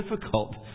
difficult